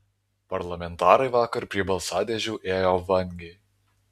parlamentarai vakar prie balsadėžių ėjo vangiai